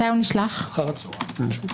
מסמך ההכנה נשלח אחר הצהריים.